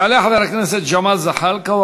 יעלה חבר הכנסת ג'מאל זחאלקה,